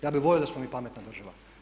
Ja bih volio da smo mi pametna država.